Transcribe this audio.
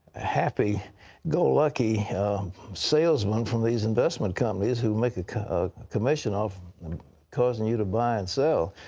ah happy go lucky salesmen from these investment companies who make a commission off causing you to buy and sell.